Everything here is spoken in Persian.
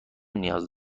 نیاز